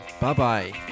Bye-bye